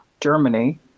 germany